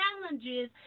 challenges